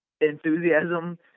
enthusiasm